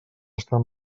estar